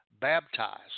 baptized